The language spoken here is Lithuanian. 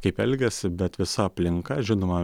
kaip elgiasi bet visa aplinka žinoma